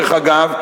דרך אגב,